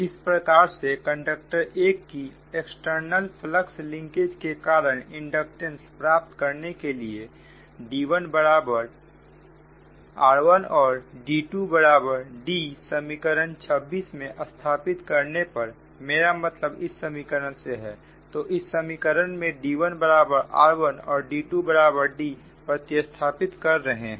इस प्रकार से कंडक्टर 1 की एक्सटर्नल फ्लक्स लिंकेज के कारण इंडक्टेंस प्राप्त करने के लिएD1 बराबर r1 और D2 बराबर D समीकरण 26 में स्थापित करने पर मेरा मतलब इस समीकरण से है तो इस समीकरण में D1 बराबर r1 और D2 बराबर D प्रति स्थापित कर रहे हैं